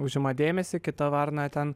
užima dėmesį kita varna ten